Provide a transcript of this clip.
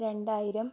രണ്ടായിരം